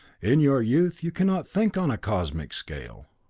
in your youth you cannot think on a cosmic scale.